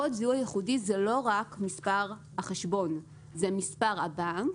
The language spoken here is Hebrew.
קוד הזיהוי הייחודי הוא לא רק מספר החשבון אלא זה מספר הבנק,